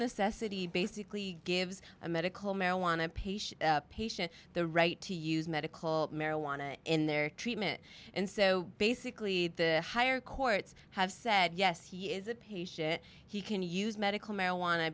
necessity basically gives a medical marijuana patient patient the right to use medical marijuana in their treatment and so basically the higher courts have said yes he is a patient he can use medical marijuana